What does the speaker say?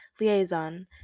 liaison